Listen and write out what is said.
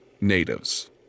natives